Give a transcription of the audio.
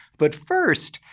but first.